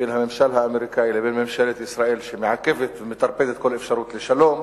בין הממשל האמריקני לבין ממשלת ישראל שמעכבת ומטרפדת כל אפשרות לשלום,